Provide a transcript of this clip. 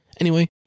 Anyway